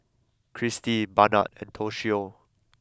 Kirstie Barnard and Toshio